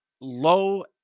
low